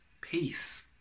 Peace